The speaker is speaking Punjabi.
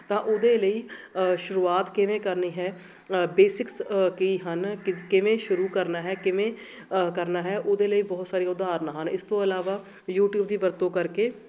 ਤਾਂ ਉਹਦੇ ਲਈ ਸ਼ੁਰੂਆਤ ਕਿਵੇਂ ਕਰਨੀ ਹੈ ਬੇਸਿਕਸ ਕੀ ਹਨ ਕ ਕਿਵੇਂ ਸ਼ੁਰੂ ਕਰਨਾ ਹੈ ਕਿਵੇਂ ਕਰਨਾ ਹੈ ਉਹਦੇ ਲਈ ਬਹੁਤ ਸਾਰੀਆਂ ਉਦਾਹਰਨਾਂ ਹਨ ਇਸ ਤੋਂ ਇਲਾਵਾ ਯੂਟਿਊਬ ਦੀ ਵਰਤੋਂ ਕਰਕੇ